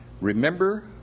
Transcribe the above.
Remember